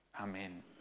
Amen